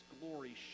glory